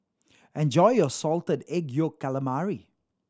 enjoy your Salted Egg Yolk Calamari